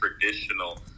traditional